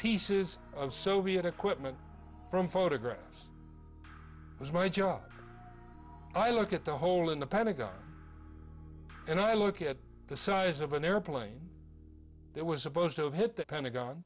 pieces of soviet equipment from photographs was my job i look at the hole in the pentagon and i look at the size of an airplane there was a post of hit the pentagon